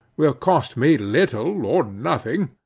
will cost me little or nothing,